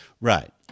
Right